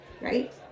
right